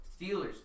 Steelers